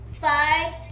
five